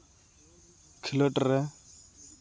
ᱠᱷᱤᱞᱳᱰ ᱨᱮ